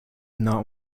not